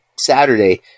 Saturday